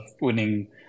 winning